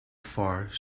far